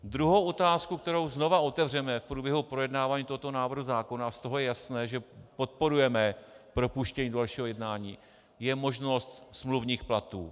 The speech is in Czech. Druhá otázka, kterou znovu otevřeme v průběhu projednávání tohoto návrhu zákona, a z toho je jasné, že podporujeme propuštění do dalšího jednání, je možnost smluvních platů.